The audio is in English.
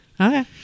Okay